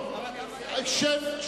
שב.